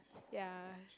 ya